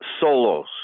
solos